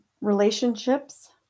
relationships